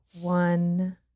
One